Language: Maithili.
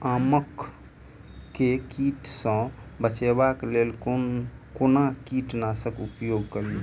आम केँ कीट सऽ बचेबाक लेल कोना कीट नाशक उपयोग करि?